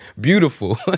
beautiful